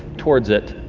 towards it.